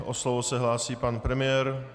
O slovo se hlásí pan premiér.